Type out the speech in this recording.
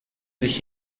sich